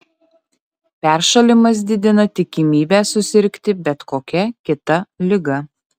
peršalimas didina tikimybę susirgti bet kokia kita liga